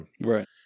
Right